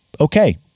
okay